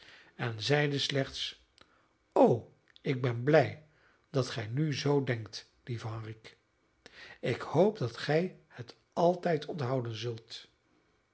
en zeide slechts o ik ben blij dat gij nu zoo denkt lieve henrique ik hoop dat gij het altijd onthouden zult